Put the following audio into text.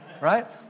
right